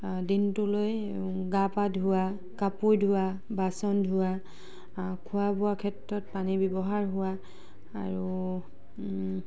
দিনটোলৈ গা পা ধোৱা কাপোৰ ধোৱা বাচন ধোৱা খোৱা বোৱাৰ ক্ষেত্ৰত পানী ব্যৱহাৰ হোৱা আৰু